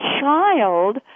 child